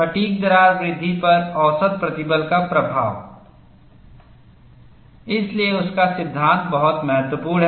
फ़ैटिग्दरार वृद्धि पर औसत प्रतिबल का प्रभाव इसलिए उसका सिद्धांत बहुत महत्वपूर्ण है